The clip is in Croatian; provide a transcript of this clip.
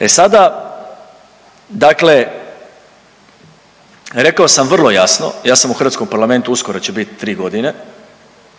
E sada dakle rekao sam vrlo jasno, ja sam u hrvatskom Parlamentu uskoro će biti tri godine,